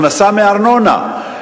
הכנסה מארנונה.